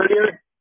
earlier